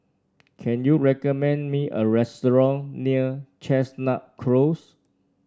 can you recommend me a restaurant near Chestnut Close